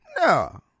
No